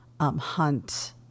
Hunt